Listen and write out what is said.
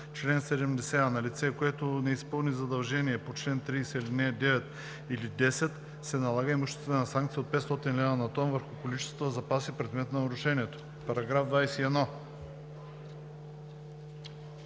„Чл. 70а. На лице, което не изпълни задължение по чл. 30, ал. 9 или 10, се налага имуществена санкция от 500 лв. на тон върху количествата запаси, предмет на нарушението.“ По § 21